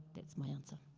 that's my answer.